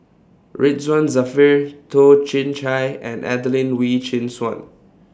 Ridzwan Dzafir Toh Chin Chye and Adelene Wee Chin Suan